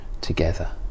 together